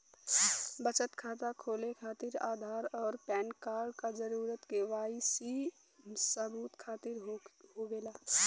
बचत खाता खोले खातिर आधार और पैनकार्ड क जरूरत के वाइ सी सबूत खातिर होवेला